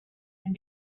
and